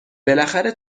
بالاخره